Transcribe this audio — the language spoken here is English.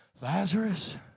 Lazarus